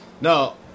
No